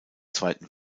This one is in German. zweiten